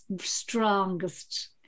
strongest